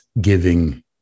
giving